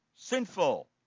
Sinful